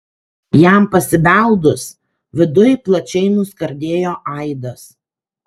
jam pasibeldus viduj plačiai nuskardėjo aidas